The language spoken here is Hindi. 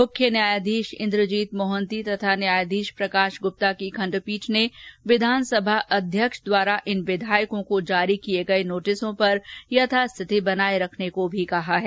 मुख्य न्यायाधीश इंद्रजीत मोहन्ती तथा न्यायाधीश प्रकाश गुप्ता की खंडपीठ ने विधानसभा अध्यक्ष द्वारा इन विधायकों को जारी किये गये नोटिसों पर यथास्थिति बनाये रखने को भी कहा है